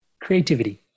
Creativity